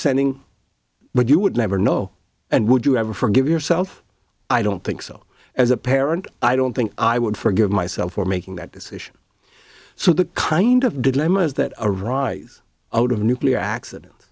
sending but you would never know and would you ever forgive yourself i don't think so as a parent i don't think i would forgive myself for making that decision so the kind of dilemma is that arise out of a nuclear accident